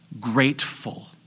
grateful